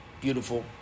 Beautiful